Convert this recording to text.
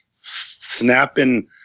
snapping